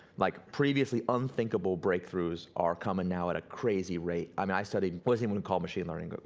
like previously unthinkable breakthroughs are coming now at a crazy rate. i mean i studied, wasn't even called machine learning,